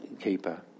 keeper